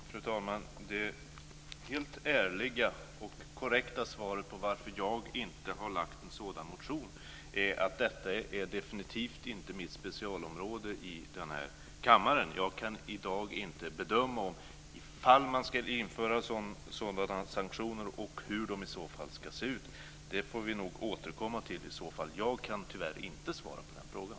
Fru talman! Det helt ärliga och korrekta svaret på frågan varför jag inte har väckt en sådan motion är att detta definitivt inte är mitt specialområde i denna kammare. Jag kan i dag inte bedöma om man ska införa sådana sanktioner och hur de i så fall ska se ut. Det får vi nog återkomma till i så fall. Jag kan tyvärr inte svara på den frågan.